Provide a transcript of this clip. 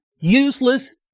useless